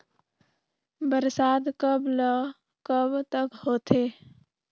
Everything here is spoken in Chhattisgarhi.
बरसात कब ल कब तक होथे?